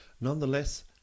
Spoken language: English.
Nonetheless